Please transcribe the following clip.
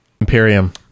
imperium